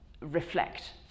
reflect